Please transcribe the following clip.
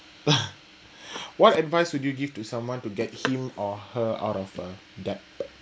what advice would you give to someone to get him or her out of her a debt